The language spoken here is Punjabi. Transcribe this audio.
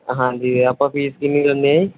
ਹਾਂਜੀ ਜੀ ਆਪਾਂ ਫ਼ੀਸ ਕਿੰਨੀ ਲੈਂਦੇ ਹਾਂ